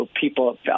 people